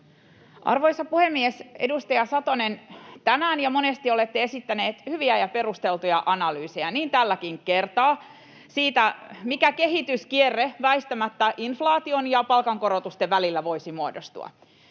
Arvoisa puhemies! Edustaja Satonen, tänään ja monesti olette esittänyt hyviä ja perusteltuja analyysejä, niin tälläkin kertaa siitä, mikä kehityskierre väistämättä inflaation ja palkankorotusten välillä voisi muodostua.